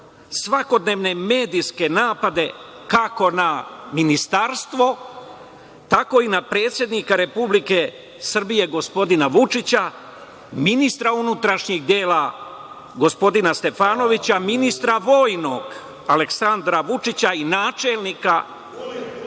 svakodnevne medijske napade, kako na Ministarstvo, tako i na predsednika Republike Srbije gospodina Vučića, ministra unutrašnjih dela gospodina Stefanovića, ministra vojnog Aleksandra Vulina i načelnika BIA